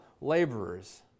laborers